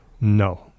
No